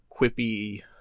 quippy